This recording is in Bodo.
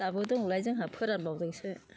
दाबो दंलाय जोंहा फोरानबावदोंसो